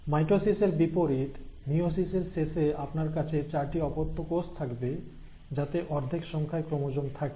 mitosis এর বিপরীত মিয়োসিসের শেষে আপনার কাছে চারটি অপত্য কোষ থাকবে যাতে অর্ধেক সংখ্যায় ক্রোমোজোম থাকে